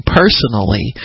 personally